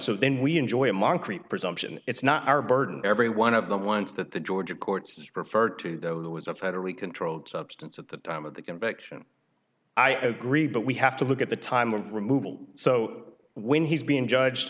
so then we enjoy it moncrief presumption it's not our burden every one of them wants that the georgia courts refer to it was a federally controlled substance at the time of the conviction i agree but we have to look at the time of removal so when he's being judged